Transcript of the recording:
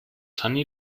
sunny